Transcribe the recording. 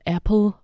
Apple